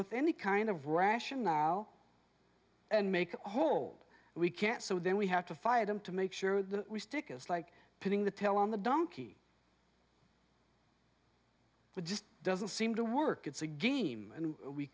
with any kind of ration now and make hold we can't so then we have to fire them to make sure that we stick is like putting the tell on the donkey but just doesn't seem to work it's a game and we